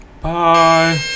bye